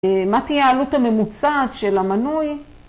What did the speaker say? ‫מה תהיה העלות הממוצעת של המנוי?